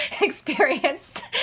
experienced